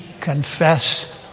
confess